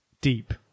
Deep